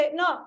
no